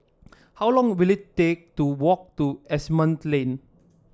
how long will it take to walk to Asimont Lane